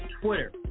twitter